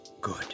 good